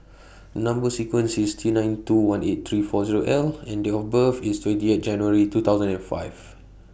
Number sequence IS T nine two one eight three four Zero L and Date of birth IS twenty eight January two thousand and five